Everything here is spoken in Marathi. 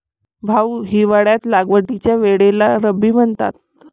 भाऊ, हिवाळ्यात लागवडीच्या वेळेला रब्बी म्हणतात